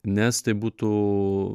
nes tai būtų